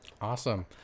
Awesome